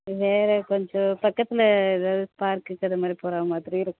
வேறு கொஞ்சம் பக்கத்தில் ஏதாவது பார்க்குக்கு அதை மாதிரி போகிற மாதிரி இருக்கும்